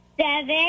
Seven